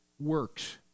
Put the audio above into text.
works